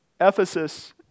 Ephesus